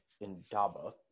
Indaba